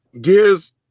Gears